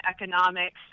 economics